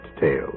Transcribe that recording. tale